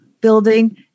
building